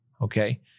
okay